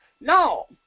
No